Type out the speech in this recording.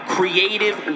Creative